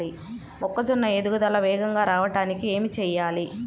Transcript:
మొక్కజోన్న ఎదుగుదల వేగంగా రావడానికి ఏమి చెయ్యాలి?